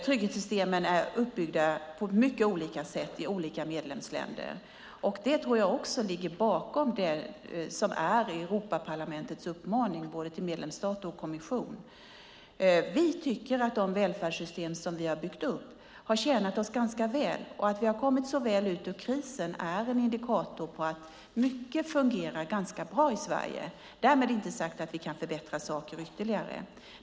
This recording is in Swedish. Trygghetssystemen är uppbyggda på mycket olika sätt i olika medlemsländer. Det tror jag också ligger bakom det som är Europaparlamentets uppmaning till både medlemsstater och kommissionen. Vi tycker att de välfärdssystem som vi har byggt upp har tjänat oss ganska väl. Att vi har kommit så väl ut ur krisen är en indikator på att mycket fungerar ganska bra i Sverige. Därmed är inte sagt att vi inte kan förbättra saker ytterligare.